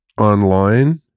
online